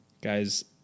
guys